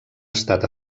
estat